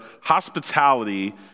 hospitality